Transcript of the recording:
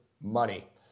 Money